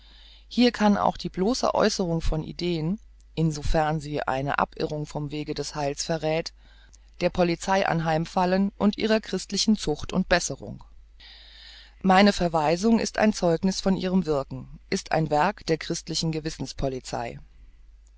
hier kann auch die bloße aeußerung von ideen insofern sie eine abirrung vom wege des heils verräth der polizei anheimfallen und ihrer christlichen zucht und besserung meine verweisung ist ein zeugniß von ihrem wirken ist ein werk der christlichen gewissenspolizei